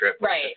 Right